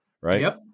Right